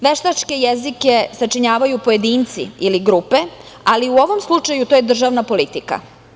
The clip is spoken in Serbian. Veštačke jezike sačinjavaju pojedinci ili grupe, ali u ovom slučaju to je državna politika.